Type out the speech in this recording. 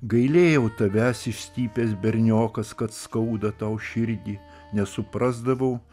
gailėjau tavęs išstypęs berniokas kad skauda tau širdį nesuprasdavau